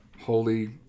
holy